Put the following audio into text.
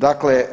Dakle,